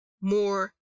more